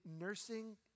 nursing